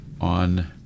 on